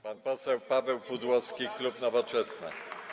Pan poseł Paweł Pudłowski, klub Nowoczesna.